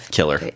Killer